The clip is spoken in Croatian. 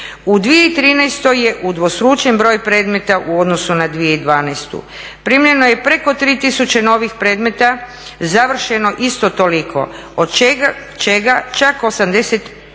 u 2013. je udvostručen broj predmeta u odnosu na 2012. Primljeno je preko 3000 novih predmeta, završeno isto toliko, od čega čak 88%